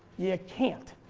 you can't.